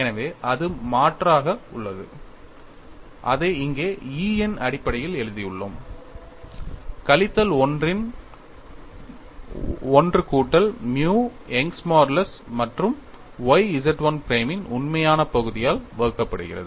எனவே அது மாற்றாக உள்ளது இதை இங்கே E இன் அடிப்படையில் எழுதியுள்ளோம் கழித்தல் 1 இன் 1 கூட்டல் மியூ யங்கின் மாடுலஸ் Young's modulus மற்றும் y Z 1 பிரைமின் உண்மையான பகுதியால் வகுக்கப்படுகிறது